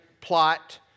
plot